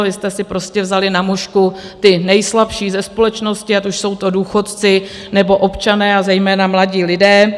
Vy jste si prostě vzali na mušku ty nejslabší ze společnosti, ať už jsou to důchodci, nebo občané a zejména mladí lidé.